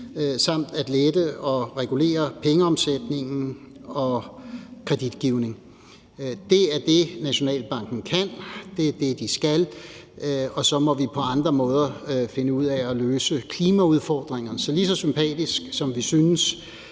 samt lette og regulere pengeomsætningen og kreditgivning. Det er det, Nationalbanken kan; det er det, de skal. Og så må vi på andre måder finde ud af at løse klimaudfordringer. Så lige så sympatisk, som vi synes